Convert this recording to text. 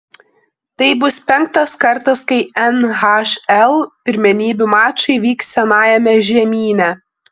tai bus penktas kartas kai nhl pirmenybių mačai vyks senajame žemyne